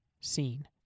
seen